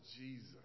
Jesus